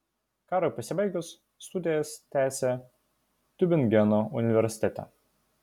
karui pasibaigus studijas tęsė tiubingeno universitete